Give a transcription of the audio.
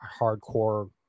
hardcore